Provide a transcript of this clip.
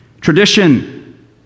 Tradition